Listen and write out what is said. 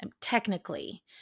technically